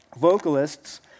vocalists